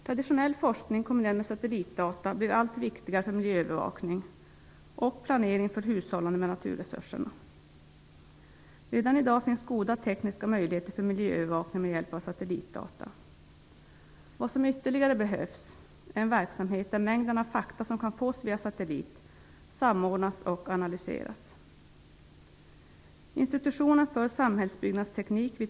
Traditionell forskning kombinerad med satellitdata blir allt viktigare för miljöövervakning och planering för hushållande med naturresurserna. Redan i dag finns goda tekniska möjligheter för miljöövervakning med hjälp av satellitdata. Vad som ytterligare behövs är en verksamhet där mängden av fakta som kan fås via satellit samordnas och analyseras.